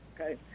Okay